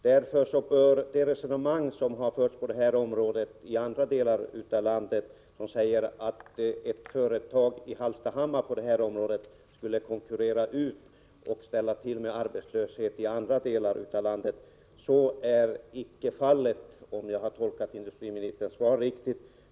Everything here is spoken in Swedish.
Därför bör det resonemang kunna upphöra som har förts i andra delar av landet, där man säger att ett företag i Hallstahammar på detta område skulle konkurrera ut företag i andra delar av landet och ställa till med arbetslöshet där. Så är icke fallet, om jag har tolkat industriministerns svar riktigt.